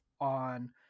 on